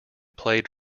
played